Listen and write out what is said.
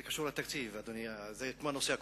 זה קשור לתקציב, אדוני, זה כמו הנושא הקודם.